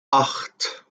acht